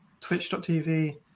twitch.tv